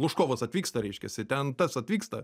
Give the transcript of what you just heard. lužkovas atvyksta reiškiasi ten tas atvyksta